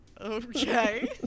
Okay